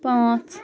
پانٛژھ